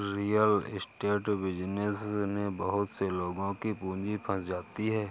real estate business में बहुत से लोगों की पूंजी फंस जाती है